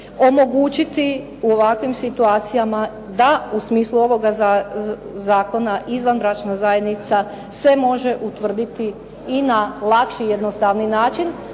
omogućiti u ovakvim situacijama da u smislu ovoga zakona izvanbračna zajednica se može utvrditi i na lakši i jednostavniji način,